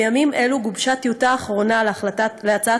בימים אלה גובשה טיוטה אחרונה להצעת